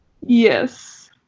Yes